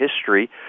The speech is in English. history